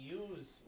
use